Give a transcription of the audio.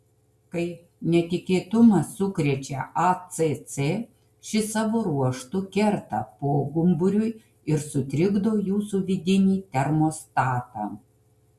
kai netikėtumas sukrečia acc ši savo ruožtu kerta pogumburiui ir sutrikdo jūsų vidinį termostatą